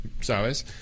sabes